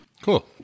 Cool